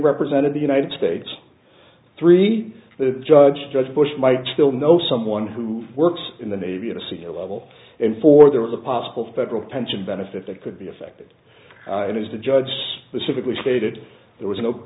represented the united states three the judge judge bush might still know someone who works in the navy at a senior level and for there is a possible federal pension benefit that could be affected and as the judge specifically stated there was no